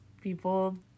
people